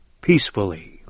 peacefully